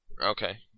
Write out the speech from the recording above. Okay